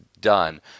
done